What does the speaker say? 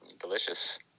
delicious